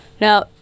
now